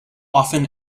often